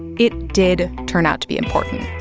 it did turn out to be important.